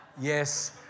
yes